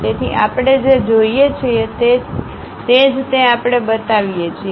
તેથી આપણે જે જોઈએ છીએ તે જ તે આપણે બતાવીએ છીએ